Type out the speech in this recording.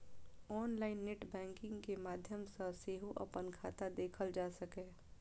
online net banking के माध्यम सं सेहो अपन खाता देखल जा सकैए